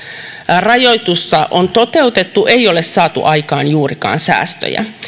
rajoitusta on toteutettu ei ole saatu aikaan juurikaan säästöjä